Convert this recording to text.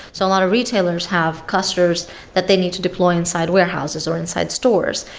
so a lot of retailers have clusters that they need to deploy inside warehouses or inside stores,